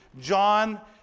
John